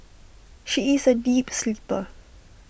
she is A deep sleeper